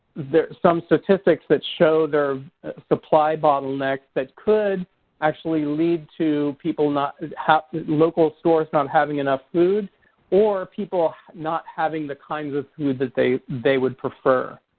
some statistics that show their supply bottleneck that could actually lead to people not local stores not having enough food or people not having the kinds of food that they they would prefer.